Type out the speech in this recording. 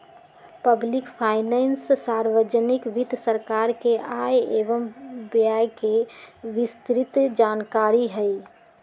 public finance सार्वजनिक वित्त सरकार के आय व व्यय के विस्तृतजानकारी हई